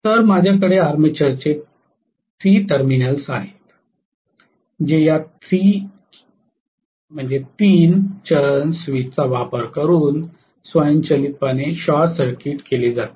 तर माझ्याकडे आर्मेचरचे 3 टर्मिनल आहेत जे या 3 चरण स्विचचा वापर करून स्वयंचलितपणे शॉर्ट सर्किट केले जातील